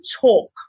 talk